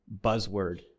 buzzword